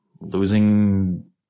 losing